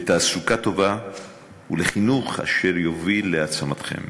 לתעסוקה טובה ולחינוך אשר יוביל להעצמתכם.